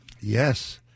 Yes